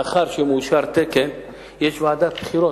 לאחר שמאושר תקן יש ועדת בחירות.